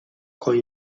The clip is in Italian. con